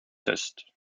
test